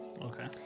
Okay